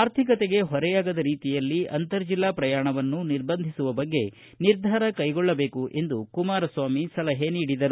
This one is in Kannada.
ಆರ್ಥಿಕತೆಗೆ ಹೊರೆಯಾಗದ ರೀತಿಯಲ್ಲಿ ಅಂತರ್ ಜಿಲ್ಲಾ ಪ್ರಯಾಣವನ್ನು ನಿರ್ಬಂಧಿಸುವ ಬಗ್ಗೆ ನಿರ್ಧಾರ ಕೈಗೊಳ್ಳಬೇಕು ಎಂದು ಕುಮಾರಸ್ವಾಮಿ ಸಲಹೆ ನೀಡಿದರು